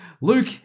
Luke